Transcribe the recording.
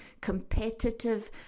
competitive